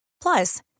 Plus